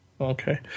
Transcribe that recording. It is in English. okay